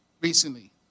recently